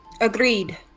Agreed